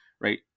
Right